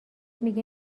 میگه